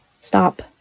stop